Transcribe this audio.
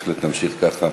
בהחלט נמשיך ככה.